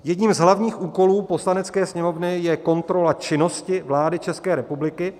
Jedním z hlavních úkolů Poslanecké sněmovny je kontrola činnosti vlády České republiky.